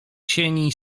sieni